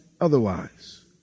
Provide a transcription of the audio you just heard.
otherwise